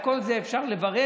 את כל זה אפשר לברר,